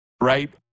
Right